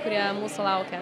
kurie mūsų laukia